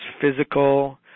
physical